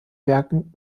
werken